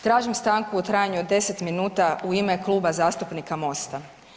Tražim stanku u trajanju od 10 minuta u ime Kluba zastupnika Mosta.